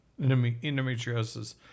endometriosis